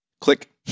Click